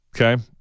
Okay